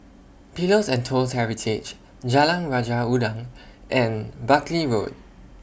Pillows and Toast Heritage Jalan Raja Udang and Buckley Road